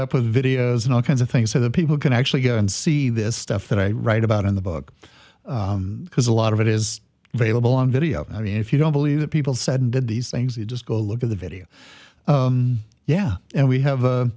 with videos and all kinds of things so that people can actually go and see this stuff that i write about in the book because a lot of it is available on video i mean if you don't believe that people said and did these things you just go look at the video yeah and we have